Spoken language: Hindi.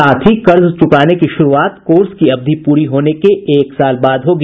साथ ही कर्ज चुकाने की शुरूआत कोर्स की अवधि पूरी होने के एक साल बाद होगी